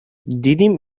دیدیم